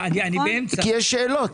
כי יש שאלות.